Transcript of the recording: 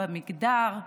במגדר,